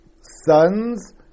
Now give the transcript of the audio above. sons